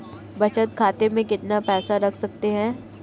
बचत खाते में कितना पैसा रख सकते हैं?